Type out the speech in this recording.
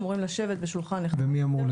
אמורים לשבת בשולחן אחד.